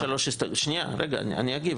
שנייה, אני אגיב.